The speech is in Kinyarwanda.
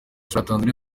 tanzaniya